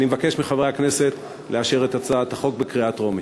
אני מבקש מחברי הכנסת לאשר את הצעת החוק בקריאה טרומית.